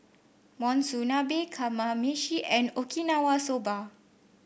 Monsunabe Kamameshi and Okinawa Soba